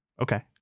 Okay